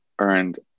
earned